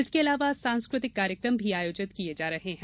इसके अलावा सांस्कृतिक कार्यक्रम भी आयोजित किये जा रहे हैं